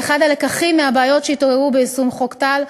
כאחד הלקחים מהבעיות שהתעוררו ביישום חוק טל,